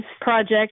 project